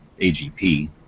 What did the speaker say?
AGP